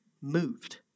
moved